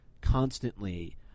constantly